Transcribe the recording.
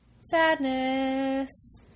sadness